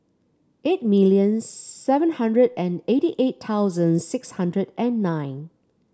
eight million seven hundred and eighty eight thousand six hundred and nine